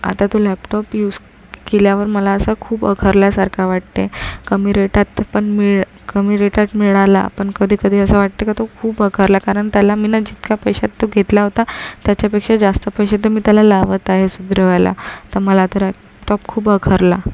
आता तो laptop use केल्यावर मला असं खूप अखरल्यासारखा वाटते कमी रेटात पण मिळ कमी रेटात मिळाला पण कधी कधी असं वाटते का तो खूप अखरला कारण त्याला मी जितक्या पैशात तो घेतला होता त्याच्यापेक्षा जास्त पैसे तर मी त्याला लावत आहे सुधरवायला तर मला तो लॅपटॉप खूप अखरला